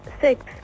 Six